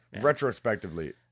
retrospectively